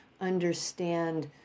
understand